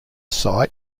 site